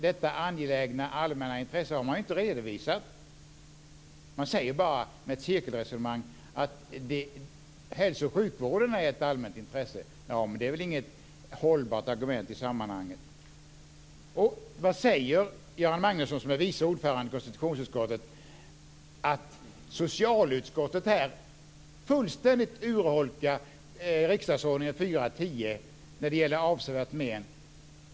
Detta angelägna allmänna intresse har inte redovisats, utan man säger bara i ett cirkelresonemang att hälso och sjukvården är ett allmänt intresse men det är väl inget hållbart argument i sammanhanget. Vad säger Göran Magnusson som ju är vice ordförande i konstitutionsutskottet om att socialutskottet fullständigt urholkar riksdagsordningen 4:10 när det gäller "avsevärt men".